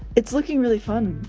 it's looking really fun